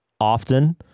often